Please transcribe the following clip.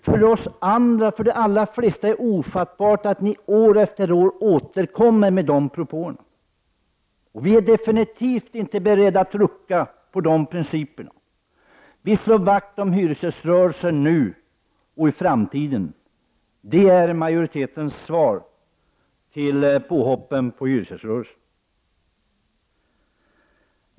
För de flesta av oss andra är det ofattbart att ni år efter år återkommer med de propåerna. Vi är defini tivt inte beredda att rucka på de principerna. Vi slår vakt om hyresgäströrelsen nu och i framtiden. Det är majoritetens svar på påhoppen på hyresgäströrelsen.